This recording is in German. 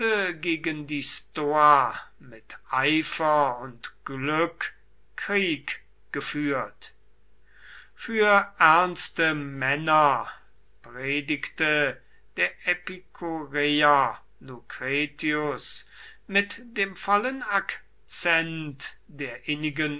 gegen die stoa mit eifer und glück krieg geführt für ernste männer predigte der epikureer lucretius mit dem vollen akzent der innigen